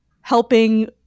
helping